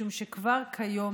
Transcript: משום שכבר כיום,